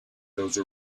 those